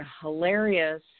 hilarious